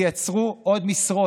תייצרו עוד משרות.